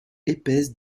épaisse